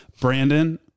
Brandon